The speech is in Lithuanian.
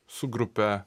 su grupe